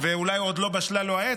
ואולי עוד לא בשלה לו העת,